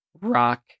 rock